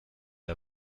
der